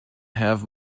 have